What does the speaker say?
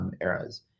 eras